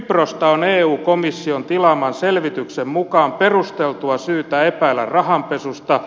kyprosta on eu komission tilaaman selvityksen mukaan perusteltua syytä epäillä rahanpesusta